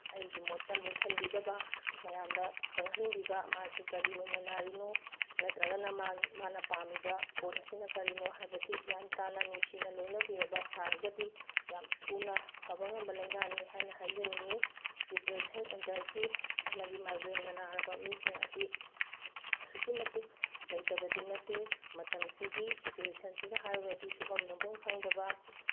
ꯑꯩꯒꯤ ꯃꯣꯠꯇ ꯂꯣꯠꯁꯤꯟꯕꯤꯗꯕ ꯃꯌꯥꯝꯗ ꯈꯪꯍꯟꯕꯤꯕ ꯃꯥꯁꯤ ꯀꯔꯤ ꯑꯣꯏꯅ ꯅꯥꯔꯤꯅꯣ ꯅꯠꯇ꯭ꯔꯒꯅ ꯃꯥꯅ ꯄꯥꯝꯃꯤꯕ ꯄꯣꯠ ꯑꯁꯤꯅ ꯀꯔꯤꯅꯣ ꯍꯥꯏꯕꯁꯤ ꯒ꯭ꯌꯥꯟ ꯇꯥꯅ ꯅꯨꯡꯁꯤꯅ ꯂꯣꯏꯅꯕꯤꯔꯕ ꯇꯥꯔꯒꯗꯤ ꯌꯥꯝ ꯊꯨꯅ ꯐꯕ ꯉꯝꯕ ꯂꯥꯏꯅꯥꯅꯤ ꯍꯥꯏꯅ ꯍꯥꯏꯖꯅꯤꯡꯉꯤ ꯗꯦꯄ꯭ꯔꯦꯁꯟ ꯑꯦꯟꯖꯥꯏꯇꯤ ꯑꯃꯗꯤ ꯃꯥꯏꯒ꯭ꯔꯦꯟꯅ ꯅꯥꯔꯕ ꯃꯤꯁꯤꯡ ꯑꯁꯤ ꯑꯁꯨꯛꯀꯤ ꯃꯇꯤꯛ ꯂꯩꯇꯕꯗꯤ ꯅꯠꯇꯦ ꯃꯇꯝꯁꯤꯒꯤ ꯁꯤꯆꯨꯋꯦꯁꯟꯁꯤꯒ ꯍꯥꯏꯔꯨꯔꯗꯤ ꯁꯨꯐꯝ ꯅꯣꯡꯕꯝ ꯈꯪꯗꯕ